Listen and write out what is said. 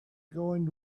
going